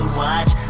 watch